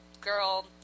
girl